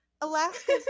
Alaska